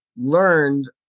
learned